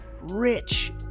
rich